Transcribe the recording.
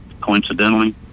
coincidentally